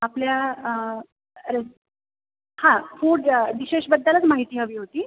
आपल्या हा फूड डीशेसबद्दलच माहिती हवी होती